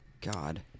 God